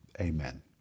amen